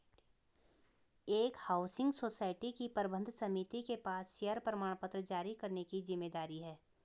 एक housing society की प्रबंध समिति के पास शेयर प्रमाणपत्र जारी करने की जिम्मेदारी है